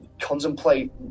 contemplate